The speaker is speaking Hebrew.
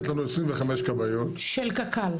יש לנו 25 כבאיות, של קק"ל.